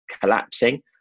collapsing